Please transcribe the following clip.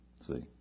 See